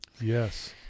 Yes